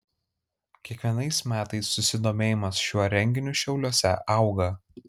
kiekvienais metais susidomėjimas šiuo renginiu šiauliuose auga